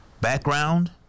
background